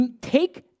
take